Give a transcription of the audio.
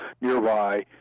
nearby